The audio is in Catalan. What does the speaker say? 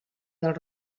del